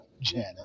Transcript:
Janet